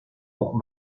pour